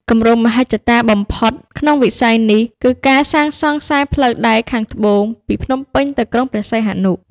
គម្រោងមហិច្ឆតាបំផុតក្នុងវិស័យនេះគឺការសាងសង់ខ្សែផ្លូវដែកភាគត្បូងពីភ្នំពេញទៅក្រុងព្រះសីហនុ។